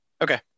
Okay